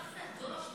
זה כל כך נדוש